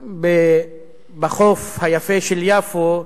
בחוף היפה של יפו,